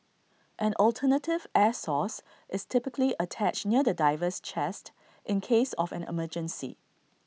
an alternative air source is typically attached near the diver's chest in case of an emergency